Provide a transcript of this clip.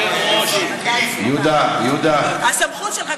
הסמכות שלך,